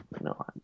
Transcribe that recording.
no